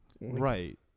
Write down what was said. Right